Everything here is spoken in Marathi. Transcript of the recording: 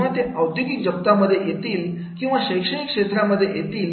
जेव्हा ते औद्योगिक जगतामध्ये येतील किंवा शैक्षणिक क्षेत्रामध्ये येतील